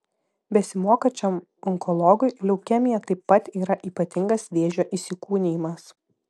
besimokančiam onkologui leukemija taip pat yra ypatingas vėžio įsikūnijimas